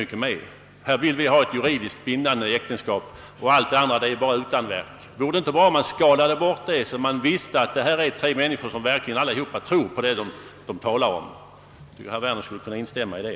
Vad kontrahenterna vill ha är ett juridiskt bindande äktenskap, och allt annat är för dem utanverk. Vore det inte bättre att skala bort allt detta utanverk, så att man visste att alla dessa tre personer verkligen trodde på vad de talar om? Jag tycker att herr Werner borde kunna instämma i det.